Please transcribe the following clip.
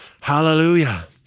Hallelujah